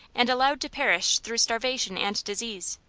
and allowed to perish through starvation and disease.